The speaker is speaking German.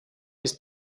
ist